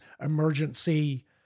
emergency